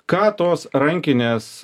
ką tos rankinės